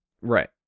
Right